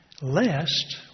lest